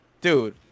Dude